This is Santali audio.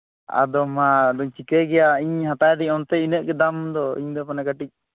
ᱟᱫᱚ ᱢᱟ ᱟᱫᱚᱧ ᱪᱤᱠᱟᱹᱭ ᱜᱮᱭᱟ ᱤᱧ ᱦᱟᱛᱟᱣᱤᱫᱟᱹᱧ ᱚᱱᱛᱮ ᱤᱱᱟᱹᱜ ᱜᱮ ᱫᱟᱢ ᱫᱚ ᱤᱧ ᱫᱚ ᱢᱟᱱᱮ ᱠᱟᱹᱴᱤᱡ